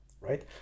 right